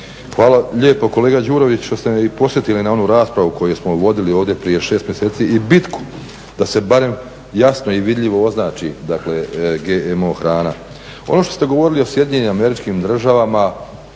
Hvala lijepo kolega Đurović što ste me i podsjetili na onu raspravu koju smo vodili ovdje prije 6 mjeseci i bitku da se barem jasno i vidljivo označi dakle GMO hrana. Ono što ste govorili o Sjedinjenim Američkim Državama,